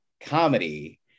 comedy